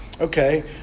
Okay